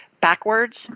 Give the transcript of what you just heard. backwards